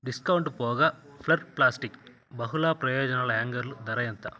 discount పోగా ఫ్లర్ plastic బహుళ ప్రయోజనాల హ్యాంగర్లు ధర ఎంత